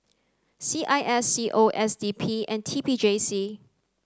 C I S C O S D P and T P J C